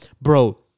bro